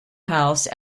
house